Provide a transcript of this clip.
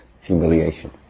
humiliation